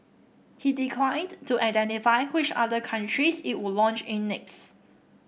he declined to identify which other countries it would launch in next